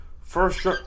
first